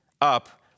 up